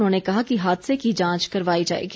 उन्होंने कहा कि हादसे की जांच करवाई जाएगी